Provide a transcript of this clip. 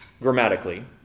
grammatically